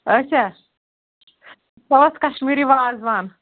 اَچھا سۄ ٲس کشمیٖری وازوان